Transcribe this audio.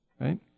Right